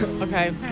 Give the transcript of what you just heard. Okay